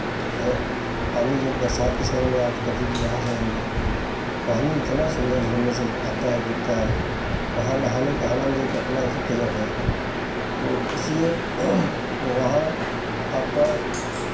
और पानी जब बरसात के समय में आप जब कभी भी वहाँ जाएँगे तो पानी इतना सुंदर झरने से आता है गिरता है वहाँ नहाने का आनंद एक अपना ही गज़ब है आनंद तो इसलिए वहाँ आपका